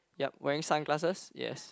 yup wearing sunglasses yes